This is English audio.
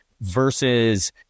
versus